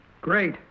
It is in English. Great